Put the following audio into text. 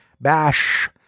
bash